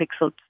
Pixels